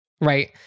right